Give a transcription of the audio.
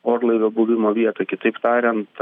orlaivio buvimo vietą kitaip tariant